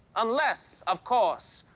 unless, of course,